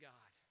God